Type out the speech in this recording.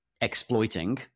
exploiting